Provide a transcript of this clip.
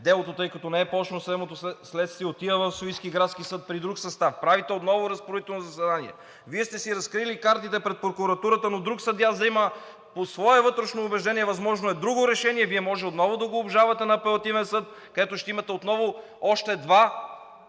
делото – тъй като не е започнало съдебното следствие, отива в Софийския градски съд при друг състав и правите отново разпоредително заседание. Вие сте си разкрили картите пред прокуратурата, но друг съдия взема по свое вътрешно убеждение друго решение, а Вие може отново да го обжалвате на Апелативен съд, където ще имате отново още два